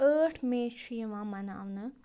ٲٹھ مے چھُ یِوان مناونہٕ